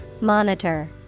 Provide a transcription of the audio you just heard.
Monitor